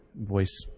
voice